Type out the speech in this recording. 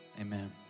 Amen